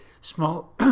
small